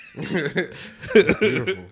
beautiful